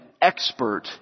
expert